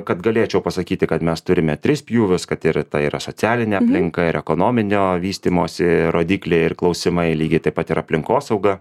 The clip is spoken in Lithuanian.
kad galėčiau pasakyti kad mes turime tris pjūvius kad ir ta yra socialinė aplinka ir ekonominio vystymosi rodikliai ir klausimai lygiai taip pat ir aplinkosauga